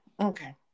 Okay